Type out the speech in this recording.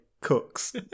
cooks